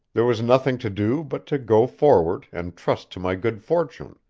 there was nothing to do but to go forward and trust to my good fortune,